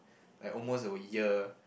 like almost a year